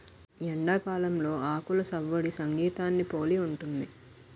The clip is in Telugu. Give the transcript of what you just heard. ఎండాకాలంలో ఆకులు సవ్వడి సంగీతాన్ని పోలి ఉంటది